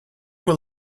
will